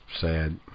sad